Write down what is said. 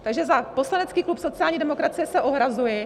Takže za poslanecký klub sociální demokracie se ohrazuji.